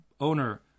owner